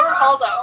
Aldo